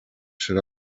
should